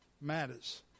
matters